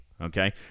Okay